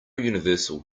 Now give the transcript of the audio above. universal